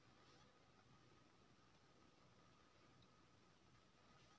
जुट, flax आ hemp bast fibre केर उदाहरण छै